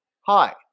hi